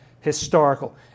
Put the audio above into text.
historical